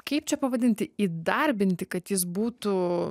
kaip čia pavadinti įdarbinti kad jis būtų